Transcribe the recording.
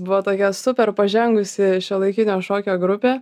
buvo tokia super pažengusi šiuolaikinio šokio grupė